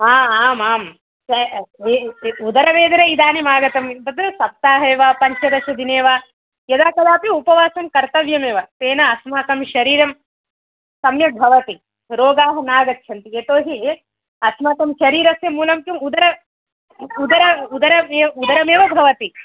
आम् आम् उदरवेदना इदानीम् आगतम् तत् सप्ताहे वा पञ्चदशदिने वा यदा कदापि उपवासङ्कर्तव्यम् एव तेन अस्माकं शरीरं सम्यक् भवति रोगाः नागच्छन्ति यतोहि अस्माकं शरीरस्य मूलं तु उदर उदर उदरमेव उदरमेव भवति